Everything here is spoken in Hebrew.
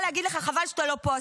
חבל שאתה לא פה,